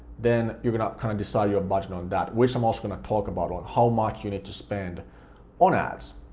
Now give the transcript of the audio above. then you're gonna kinda kind of decide your budget on that, which i'm also gonna talk about on how much you need to spend on ads.